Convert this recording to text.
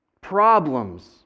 problems